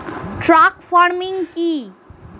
Truck farming কি?